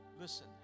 Listen